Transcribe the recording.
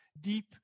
deep